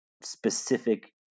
specific